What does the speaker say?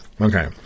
Okay